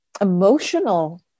emotional